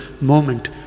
moment